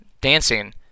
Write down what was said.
dancing